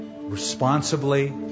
responsibly